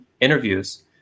interviews